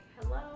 Hello